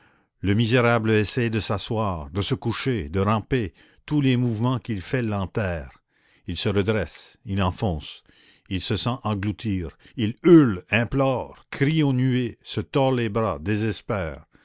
le misérable essaye de s'asseoir de se coucher de ramper tous les mouvements qu'il fait l'enterrent il se redresse il enfonce il se sent engloutir il hurle implore crie aux nuées se tord les bras désespère